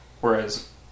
whereas